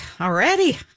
already